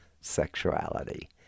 sexuality